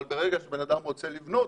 אבל ברגע שבן אדם רוצה לבנות,